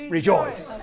Rejoice